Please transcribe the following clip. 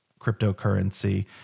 cryptocurrency